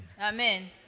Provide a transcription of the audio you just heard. Amen